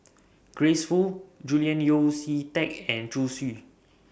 Grace Fu Julian Yeo See Teck and Zhu Xu